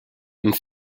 and